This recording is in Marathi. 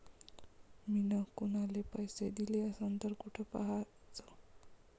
मिन कुनाले पैसे दिले असन तर कुठ पाहाचं?